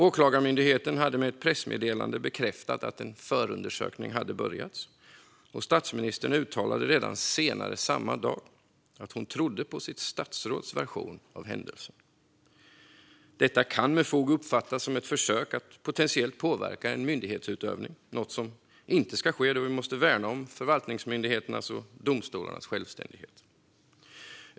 Åklagarmyndigheten hade i ett pressmeddelande bekräftat att en förundersökning hade inletts, och statsministern uttalade redan senare samma dag att hon trodde på sitt statsråds version av händelsen. Detta kan med fog uppfattas som ett försök att potentiellt påverka myndighetsutövning, något som inte ska ske då vi måste värna förvaltningsmyndigheternas och domstolarnas självständighet.